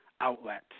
outlet